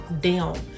down